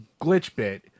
Glitchbit